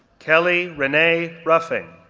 kelly rene ruffing,